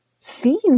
seen